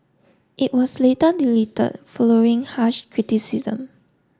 it was later deleted following harsh criticism